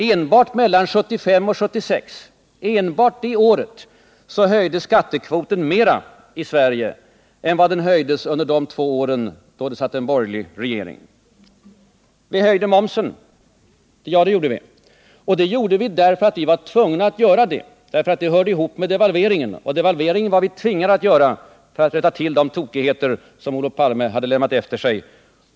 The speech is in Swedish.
Enbart mellan 1975 och 1976 höjdes skattekvoten mera i Sverige än under de rvå år då det satt en borgerlig regering. Vi höjde momsen, heter det. Ja, det gjorde vi. Anledningen var att vi var tvungna att göra det. Det hörde ihop med devalveringen, som vi tvingades att vidta för att rätta till de tokigheter som Olof Palme hade lämnat efter sig.